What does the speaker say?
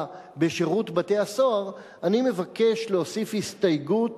בשירות בתי-הסוהר)" אני מבקש להוסיף הסתייגות